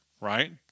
right